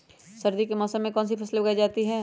सर्दी के मौसम में कौन सी फसल उगाई जाती है?